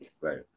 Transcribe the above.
Right